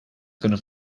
kunnen